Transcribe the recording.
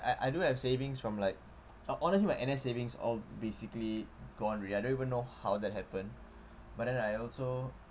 I I do have savings from like honestly my N_S savings all basically gone already I don't even know how that happened but then I also